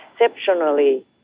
exceptionally